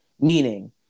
Meaning